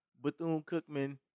Bethune-Cookman